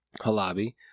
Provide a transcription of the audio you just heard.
Halabi